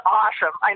awesome